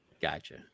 Gotcha